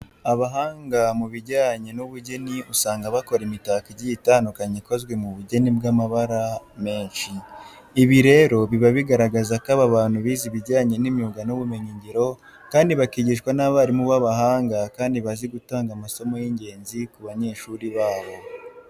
Abahanga mu bijyanye n'ubugeni usanga bakora imitako igiye itandukanye ikozwe mu bugeni bw'amabara menshi. Ibi rero biba bigaragaza ko aba bantu bize ibijyanye n'imyuga n'ubumenyingiro kandi bakigishwa n'abarimu b'abahanga kandi bazi gutanga amasomo y'ingenzi ku banyeshuri babo.